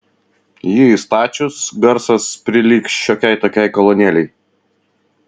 jį įstačius garsas prilygs šiokiai tokiai kolonėlei